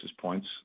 points